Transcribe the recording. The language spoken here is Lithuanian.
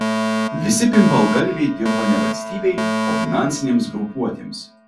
visi pimpalgalviai dirba ne valstybei o finansinėms grupuotėms